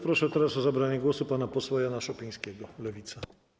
Proszę teraz o zabranie głosu pana posła Jana Szopińskiego, Lewica.